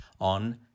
on